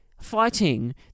fighting